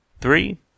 Three